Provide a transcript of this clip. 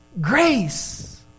grace